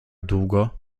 długo